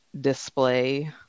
display